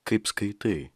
kaip skaitai